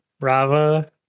Rava